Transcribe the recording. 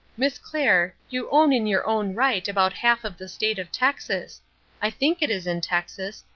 miss clair, you own in your own right about half of the state of texas i think it is in texas,